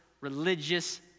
religious